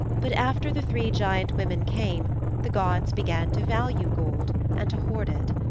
but after the three giant women came the gods began to value gold and to hoard it.